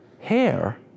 hair